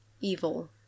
Evil